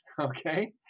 Okay